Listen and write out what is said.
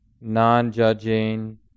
non-judging